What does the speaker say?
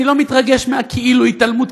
אני לא מתרגש מהכאילו-התעלמות,